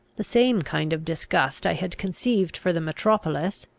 the same kind of disgust i had conceived for the metropolis,